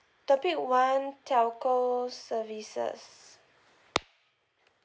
topic one telco services